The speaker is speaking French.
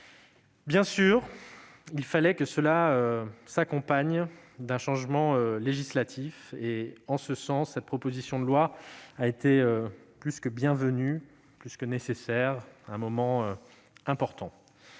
Bien sûr, il fallait que cela s'accompagne d'un changement législatif. En ce sens, cette proposition de loi a été plus que bienvenue, à un moment important.